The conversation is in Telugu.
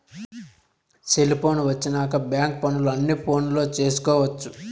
సెలిపోను వచ్చినాక బ్యాంక్ పనులు అన్ని ఫోనులో చేసుకొవచ్చు